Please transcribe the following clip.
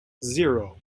zero